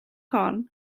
corn